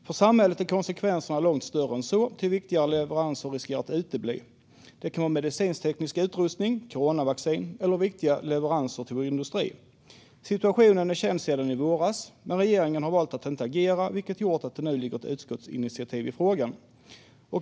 För samhället blir konsekvenserna långt större då viktiga leveranser riskerar att utebli. Det kan vara medicinskteknisk utrustning, coronavaccin eller viktiga leveranser till vår industri. Situationen är känd sedan i våras. Men regeringen har valt att inte agera, vilket har gjort att det nu har kommit ett utskottsinitiativ i frågan.